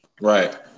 Right